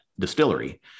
distillery